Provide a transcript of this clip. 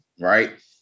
right